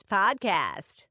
podcast